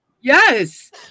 yes